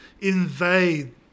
invade